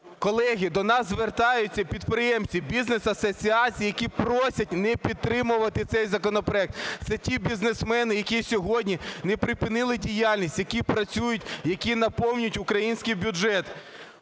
Колеги, до нас звертаються підприємці, бізнес-асоціації, які просять не підтримувати цей законопроект. Це ті бізнесмени, які сьогодні не припинили діяльність, які працюють, які наповнюють український бюджет.